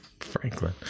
Franklin